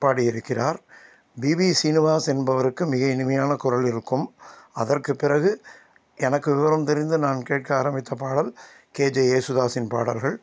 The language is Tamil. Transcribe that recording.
பாடி இருக்கிறார் பிவி சீனிவாஸ் என்பவருக்கு மிக இனிமையான குரல் இருக்கும் அதற்கு பிறகு எனக்கு விவரம் தெரிந்து நான் கேட்க ஆரம்பித்த பாடல் கேஜே யேசுதாஸின் பாடல்கள்